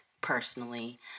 personally